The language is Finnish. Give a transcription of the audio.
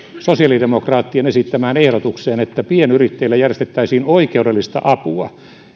sosiaalidemokraattien esittämään ehdotukseen että pienyrittäjille järjestettäisiin oikeudellista apua